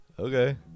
Okay